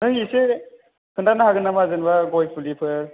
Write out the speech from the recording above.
नों एसे खोन्थानो हागोन नामा जेनेबा गय फुलिफोर